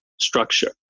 structure